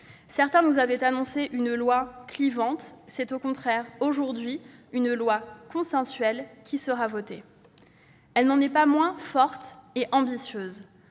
Certains nous avaient annoncé une loi clivante ; c'est, au contraire, une loi consensuelle qui sera votée aujourd'hui. Elle n'en est pas moins forte et ambitieuse.